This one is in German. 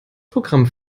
programm